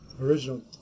original